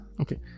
Okay